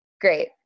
Great